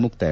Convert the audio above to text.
ಮುಕ್ತಾಯ